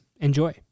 Enjoy